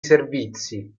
servizi